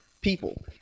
people